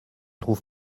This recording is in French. trouve